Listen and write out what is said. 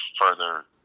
further